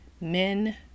men